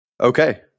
Okay